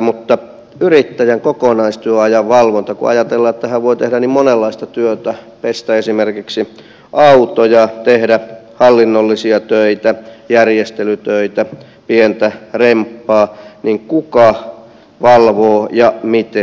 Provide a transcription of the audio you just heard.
mutta yrittäjän kokonaistyöajan valvonta kun ajatellaan että hän voi tehdä niin monenlaista työtä pestä esimerkiksi autoja tehdä hallinnollisia töitä järjestelytöitä pientä remppaa niin kuka valvoo ja miten valvoo